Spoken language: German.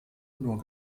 nur